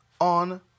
on